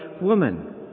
woman